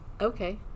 Okay